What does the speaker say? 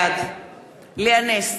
בעד לאה נס,